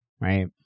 right